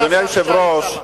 אדוני היושב-ראש,